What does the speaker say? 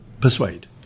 persuade